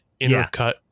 intercut